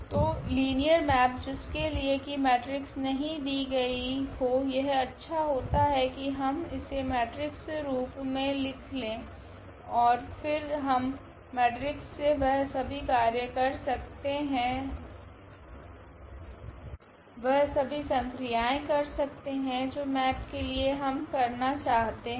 तो linear map जिसके लिए कि मेट्रिक्स नहीं दी गई हो यह अच्छा होता है कि हम इसे मेट्रिक्स रूप मे लिख ले ओर फिर हम मेट्रिक्स से वह सभी कार्य कर सकते है वह सभी संक्रियाएँ कर सकते है जो मैप के लिए हम करना चाहते है